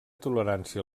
tolerància